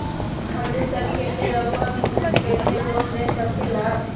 हमने सब के लिए रहुआ बिजनेस के लिए लोन दे सके ला?